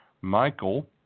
Michael